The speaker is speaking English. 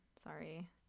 Sorry